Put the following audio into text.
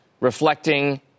reflecting